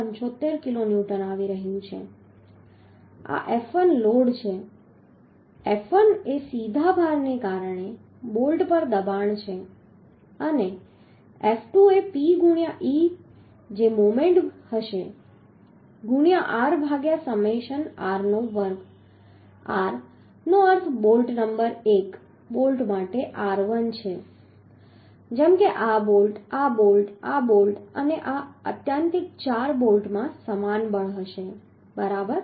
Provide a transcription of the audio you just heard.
75 kilonewton આવી રહ્યું છે આ F1 લોડ છે F1 એ સીધા ભારને કારણે બોલ્ટ પર દબાણ છે અને F2 એ P ગુણ્યા e જે મોમેન્ટ હશે ગુણ્યા r ભાગ્યા સમેશન r નો વર્ગ r નો અર્થ બોલ્ટ નંબર 1 બોલ્ટ માટે r1 છે જેમ કે આ બોલ્ટ આ બોલ્ટ આ બોલ્ટ અને આ આત્યંતિક ચાર બોલ્ટમાં સમાન બળ હશે બરાબર